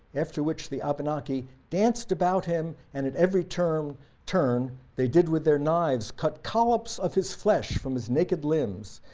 after which the abenaki danced about him and at every turn, they did with their knives cut collops of his flesh, from his naked limbs,